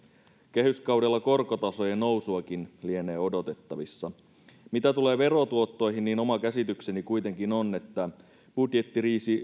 kehyskaudella korkotasojen nousuakin lienee odotettavissa mitä tulee verotuottoihin niin oma käsitykseni kuitenkin on että budjettiriihi